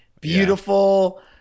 Beautiful